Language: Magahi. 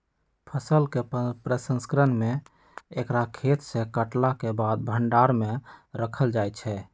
फसल के प्रसंस्करण में एकरा खेतसे काटलाके बाद भण्डार में राखल जाइ छइ